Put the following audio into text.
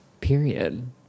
Period